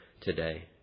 today